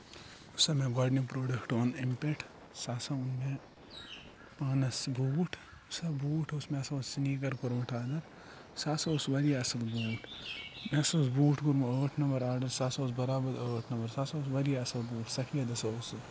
یُس سا مےٚ گۄڈنیُک پرٛوڈَکٹ اوٚن امہِ پٮ۪ٹھ سُہ ہَسا اوٚن مےٚ پانَس بوٗٹھ یُس سا بوٗٹھ اوس مےٚ سا اوس سنیٖکَر کوٚرمُت آرڈَر سُہ ہَسا اوس وارِیاہ اَصٕل بوٗٹھ مےٚ ہَسا اوس بوٗٹھ کوٚرمُت ٲٹھ نَمبَر آرڈر سُہ ہَسا اوس برابر ٲٹھ نَمبَر سُہ ہَسا اوس وارِیاہ اَصٕل بوٗٹھ سفید ہَسا اوس سُہ